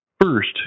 First